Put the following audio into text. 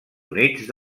units